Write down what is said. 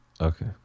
Okay